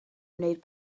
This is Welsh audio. wneud